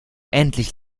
endlich